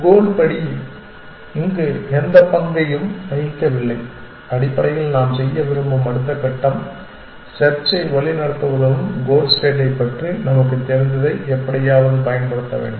கோல் படி இங்கு எந்தப் பங்கையும் வகிக்கவில்லை அடிப்படையில் நாம் செய்ய விரும்பும் அடுத்த கட்டம் செர்ச்சை வழிநடத்த உதவும் கோல் ஸ்டேட்டைப் பற்றி நமக்குத் தெரிந்ததை எப்படியாவது பயன்படுத்த வேண்டும்